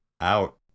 out